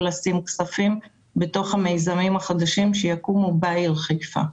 לשים כספים בתוך המיזמים החדשים שיקומו בעיר חיפה.